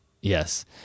Yes